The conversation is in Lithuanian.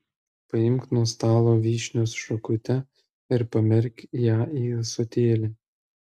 paimk nuo stalo vyšnios šakutę ir pamerk ją į ąsotėlį